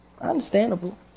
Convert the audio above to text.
Understandable